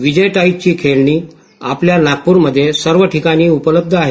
विजय टाइज्ची खेळणी आपल्या नागपूरमध्ये सर्व ठिकाणी उपलब्ध आहे